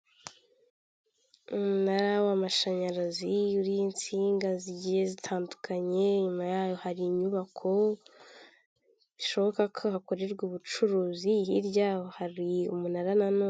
Umunara w'amashanyarazi uriho insinga zigiye zitandukanye nyuma yayo hari inyubako zishoboka ko hakorerwa ubucuruzi hirya hari umunara.